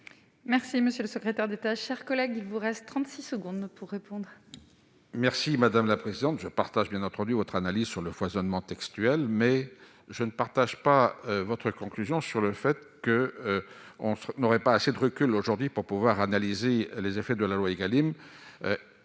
monsieur le secrétaire d'État, chers collègues, il vous reste 36 secondes pour répondre. Merci madame la présidente, je partage bien entendu votre analyse sur le foisonnement Textuel, mais je ne partage pas votre conclusion sur le fait que on n'aurait pas assez de recul aujourd'hui pour pouvoir analyser les effets de la loi Egalim